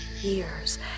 years